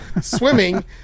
swimming